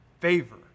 favor